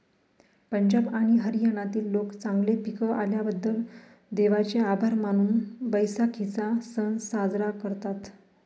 पंजाब आणि हरियाणातील लोक चांगले पीक आल्याबद्दल देवाचे आभार मानून बैसाखीचा सण साजरा करतात